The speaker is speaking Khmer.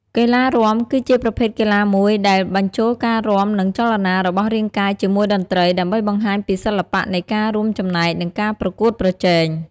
កីឡារាំ គឺជាប្រភេទកីឡាមួយដែលបញ្ចូលការរាំ និងចលនារបស់រាងកាយជាមួយតន្ត្រី ដើម្បីបង្ហាញពីសិល្បៈនៃការរួមចំណែក និងការប្រកួតប្រជែង។